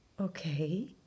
Okay